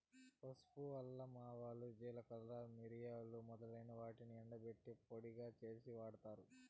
పసుపు, అల్లం, ఆవాలు, జీలకర్ర, మిరియాలు మొదలైన వాటిని ఎండబెట్టి పొడిగా చేసి వాడతారు